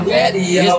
radio